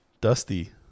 dusty